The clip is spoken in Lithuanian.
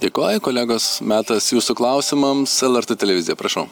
dėkoju kolegos metas jūsų klausimams lrt televizija prašau